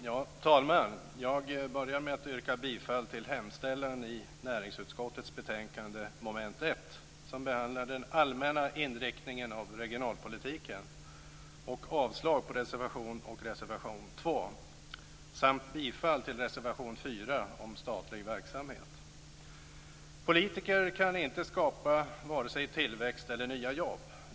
Herr talman! Jag börjar med att yrka bifall till hemställan i näringsutskottets betänkande under mom. 1, som behandlar den allmänna inriktningen av regionalpolitiken, och avslag på reservationerna 1 och Politiker kan inte skapa vare sig tillväxt eller nya jobb.